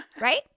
right